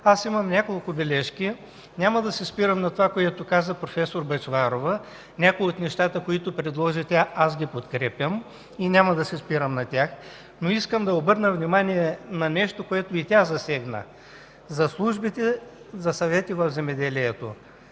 Аз имам няколко бележки. Няма да се спирам на това, което каза проф. Бъчварова. Някои от нещата, които предложи тя, аз ги подкрепям и няма да се спирам на тях, но искам да обърна внимание на нещо, което и тя засегна – за службите за Система за съвети в земеделието.